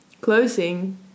closing